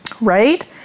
Right